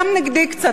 גם נגדי קצת,